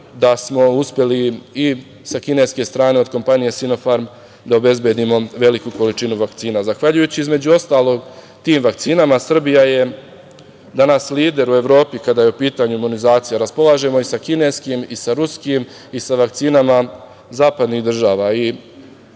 da smo uspeli i sa kineske strane od kompanije "Sinefarm" da obezbedimo veliku količinu vakcina. Zahvaljujući, između ostalog tim vakcinama, Srbija je danas lider u Evropi kada je u pitanju imunizacija, raspolažemo i sa kineskim, ruskim i sa vakcinama zapadnih država. Kada